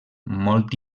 molt